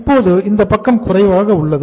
இப்போது இந்தப் பக்கம் குறைவாக உள்ளது